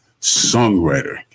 songwriter